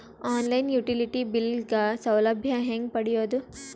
On line utility bill ಗ ಸೌಲಭ್ಯ ಹೇಂಗ ಪಡೆಯೋದು?